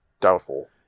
Doubtful